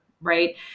right